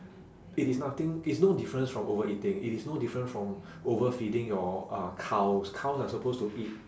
it is nothing it's no difference from overeating it is no different from overfeeding your uh cows cows are supposed to eat